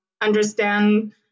understand